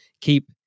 keep